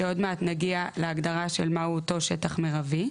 שעוד מעט נגיע להגדרה של מהו אותו שטח מירבי.